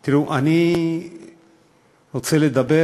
תראו, אני רוצה לדבר